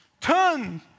Turn